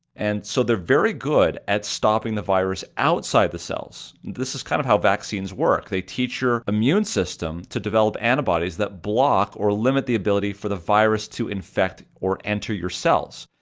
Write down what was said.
and so they're very good at stopping the virus outside the cells. this is kind of how vaccines work they teach your immune system to develop antibodies that block or limit the ability for the virus to infect or enter your cells,